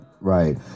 Right